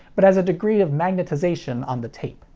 but as a degree of magnetization on the tape.